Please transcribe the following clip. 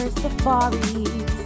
safaris